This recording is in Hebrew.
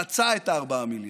חצה את ה-4 מיליארד.